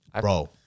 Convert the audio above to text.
Bro